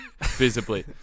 visibly